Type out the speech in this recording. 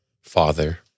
father